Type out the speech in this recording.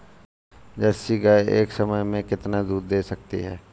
Jersey गाय एक समय में कितना दूध दे सकती है?